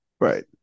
right